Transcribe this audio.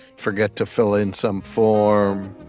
forget to fill in some form,